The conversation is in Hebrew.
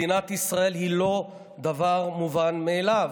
מדינת ישראל היא לא דבר מובן מאליו.